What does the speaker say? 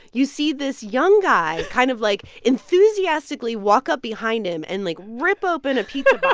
you see this young guy kind of, like, enthusiastically walk up behind him and, like, rip open a pizza box.